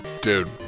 dude